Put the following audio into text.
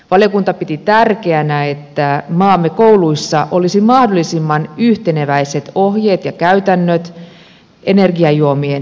valiokunta piti tärkeänä että maamme kouluissa olisi mahdollisimman yhteneväiset ohjeet ja käytännöt energiajuomien osalta